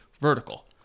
vertical